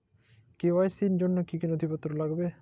KYC র জন্য কি কি নথিপত্র লাগবে?